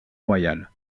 royal